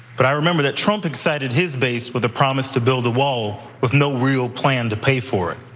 but i remember that trump excited his base with a promise to build a wall with no real plan to pay for it.